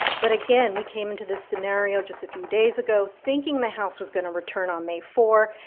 but again, we came into this scenario just a few days ago thinking the house was going to return on may four.